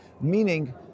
Meaning